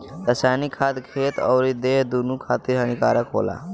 रासायनिक खाद खेत अउरी देह दूनो खातिर हानिकारक होला